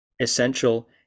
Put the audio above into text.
essential